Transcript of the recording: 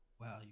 Wow